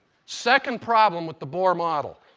second problem with the bohr model.